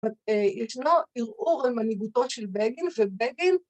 ‫אבל ישנו ערעור על מנהיגותו ‫של בגין, ובגין...